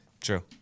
True